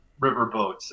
riverboats